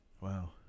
Wow